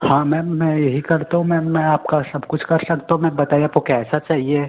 हाँ मैम मैं यही करता हूँ मैम मैं आपका सब कुछ कर सकता हूँ मैम बताइए आपको कैसा चाहिए